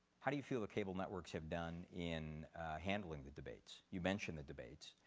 how do you feel the cable networks have done in handling the debates? you mentioned the debates.